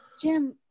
Jim